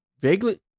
vaguely